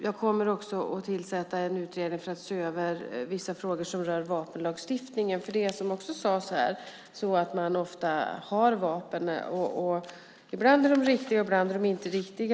Jag kommer också att tillsätta en utredning för att se över vissa frågor som rör vapenlagstiftningen, för det är så, som också sades här, att rånarna ofta har vapen. Ibland är de riktiga och ibland inte.